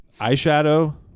eyeshadow